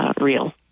real